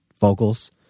vocals